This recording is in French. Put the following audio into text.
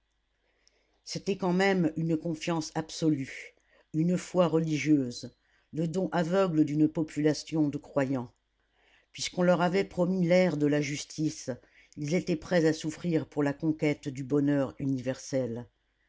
c'était quand même une confiance absolue une foi religieuse le don aveugle d'une population de croyants puisqu'on leur avait promis l'ère de la justice ils étaient prêts à souffrir pour la conquête du bonheur universel